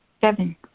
Seven